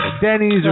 Denny's